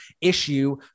issue